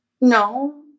no